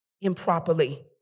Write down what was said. improperly